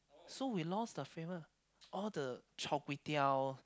so we lost the flavor all the Char-Kway-Teow